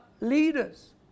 leaders